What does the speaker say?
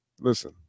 listen